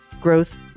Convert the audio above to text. growth